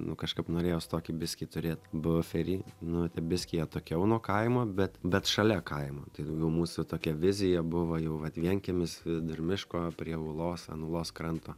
nu kažkap norėjos tokį biskį turėti buferį nuo te biskį atokiau nuo kaimo bet bet šalia kaimo tai daugiau mūsų tokia vizija buvo jau vat vienkiemis vidur miško prie ūlos an ūlos kranto